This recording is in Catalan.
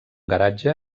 garatge